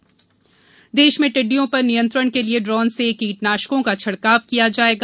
टिड्डी हमला तैयारी देश में टिड्डियों पर नियंत्रण के लिए ड्रोन से कीटनाशकों का छिड़काव किया जाएगा